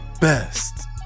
best